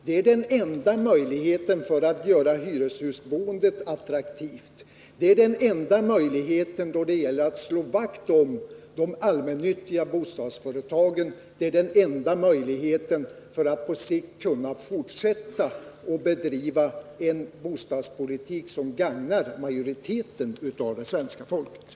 Det är den enda vägen att göra hyreshusboendet attraktivt och att slå vakt om de allmännyttiga bostadsföretagen. Det är också den enda möjligheten att bedriva en bostadspolitik som på sikt gagnar majoriteten av det svenska folket.